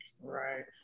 Right